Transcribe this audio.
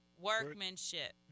workmanship